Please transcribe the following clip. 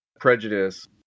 prejudice